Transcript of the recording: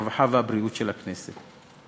הרווחה והבריאות של הכנסת.